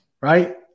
right